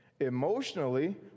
emotionally